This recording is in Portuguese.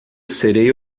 serei